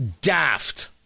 Daft